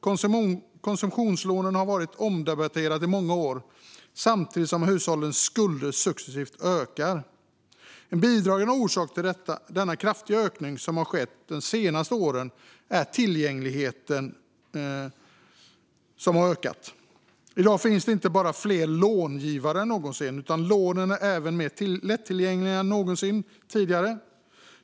Konsumtionslånen har varit omdebatterade i många år, samtidigt som hushållens skulder successivt ökar. En bidragande orsak till den kraftiga ökning som har skett de senaste åren är tillgängligheten. I dag finns inte bara fler långivare än någonsin, utan lånen är även mer lättillgängliga än någonsin tidigare.